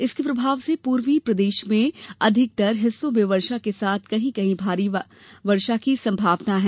इसके प्रभाव से पूर्वी प्रदेश में अधिकतर हिस्सों में वर्षा के साथ कहीं कहीं भारी वर्षा की संभावना है